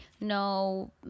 No